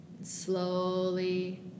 Slowly